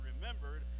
remembered